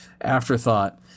afterthought